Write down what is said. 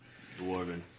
dwarven